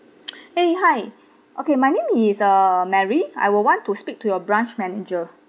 eh hi okay my name is uh mary I will want to speak to your branch manager